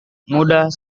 mudah